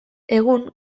egun